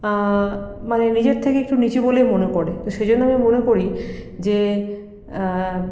মানে নিজের থেকে একটু নীচু বলেই মনে করে তো সেই জন্য আমি মনে করি যে